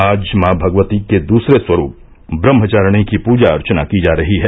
आज मॉ भगवती के दूसरे स्वरूप ब्रम्हचारिणी की पूजा अर्चना की जा रही है